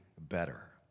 better